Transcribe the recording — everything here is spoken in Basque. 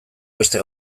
beste